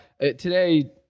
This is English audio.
Today